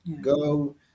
go